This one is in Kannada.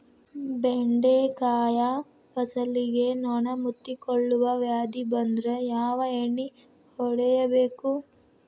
ಬೆಂಡೆಕಾಯ ಫಸಲಿಗೆ ನೊಣ ಮುತ್ತಿಕೊಳ್ಳುವ ವ್ಯಾಧಿ ಬಂದ್ರ ಯಾವ ಎಣ್ಣಿ ಹೊಡಿಯಬೇಕು?